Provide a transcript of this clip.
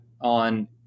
on